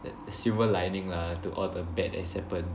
the silver lining lah to all the bad that has happened